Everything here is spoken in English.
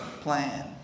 plan